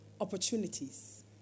opportunities